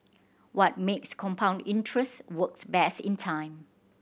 what makes compound interest works best in time